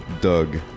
Doug